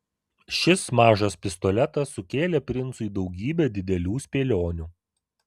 šis mažas pistoletas sukėlė princui daugybę didelių spėlionių